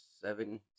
seven